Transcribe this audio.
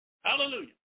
Hallelujah